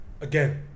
again